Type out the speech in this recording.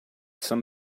some